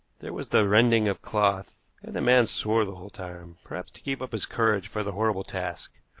there was the rending of cloth, and the man swore the whole time, perhaps to keep up his courage for the horrible task.